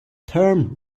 term